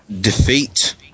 defeat